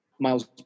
Miles